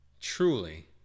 truly